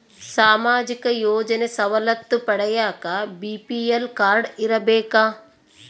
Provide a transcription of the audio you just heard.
ಸಾಮಾಜಿಕ ಯೋಜನೆ ಸವಲತ್ತು ಪಡಿಯಾಕ ಬಿ.ಪಿ.ಎಲ್ ಕಾಡ್೯ ಇರಬೇಕಾ?